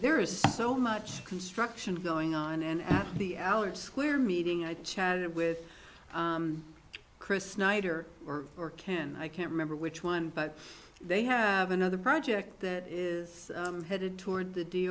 there is so much construction going on and the allard square meeting i chatted with chris snyder or or can i can't remember which one but they have another project that is headed toward the d